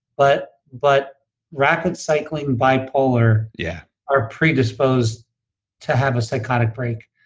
but but rapid cycling bipolar yeah are predisposed to have a psychotic break.